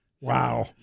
Wow